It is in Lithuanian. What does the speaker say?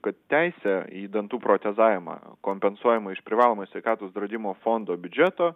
kad teisę į dantų protezavimą kompensuojamą iš privalomojo sveikatos draudimo fondo biudžeto